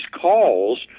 calls